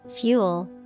fuel